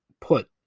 put